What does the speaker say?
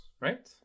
right